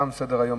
תם סדר-היום.